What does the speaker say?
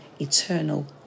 eternal